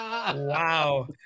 Wow